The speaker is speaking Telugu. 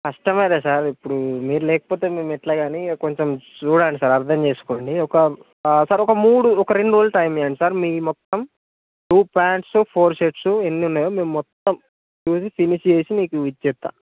కస్టమరే సార్ ఇప్పుడు మీరు లేకపోతే మేము ఎలా కానీ కొంచెం చూడండి సార్ అర్థం చేసుకోండి ఒక సార్ ఒక మూడు ఒక రెండు రోజులు టైమ్ ఇవ్వండి సార్ మీవి మొత్హం టూ ప్యాంట్స్ ఫోర్ షర్ట్స్ ఎన్ని ఉన్నయో మేం మొత్తం చూసి ఫినిష్ చేసి మీకు ఇచ్చేస్తాను